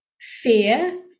fear